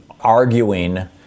arguing